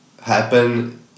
happen